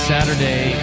Saturday